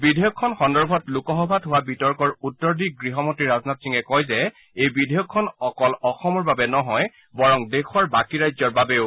বিধেয়কখন সন্দৰ্ভত লোকসভাত হোৱা বিতৰ্কৰ উত্তৰ দি গৃহমন্ত্ৰী ৰাজনাথ সিঙে কয় যে এই বিধেয়কখন অকল অসমৰ বাবে নহয় বৰং দেশৰ বাকী ৰাজ্যৰ বাবেও